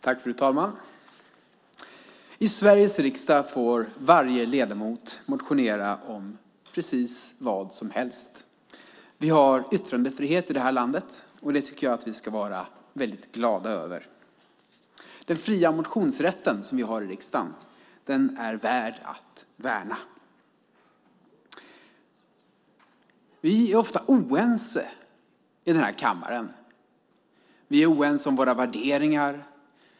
Fru ålderspresident! I Sveriges riksdag får varje ledamot motionera om precis vad som helst. Vi har yttrandefrihet i det här landet, och det ska vi vara glada över. Den fria motionsrätten som vi har i riksdagen är värd att värna. Vi är ofta oense i kammaren. Vi är oense om våra värderingar.